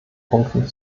punkten